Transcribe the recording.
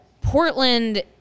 Portland